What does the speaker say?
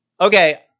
Okay